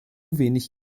wenig